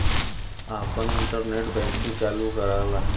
आपन internet banking चालू कराला